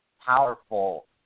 powerful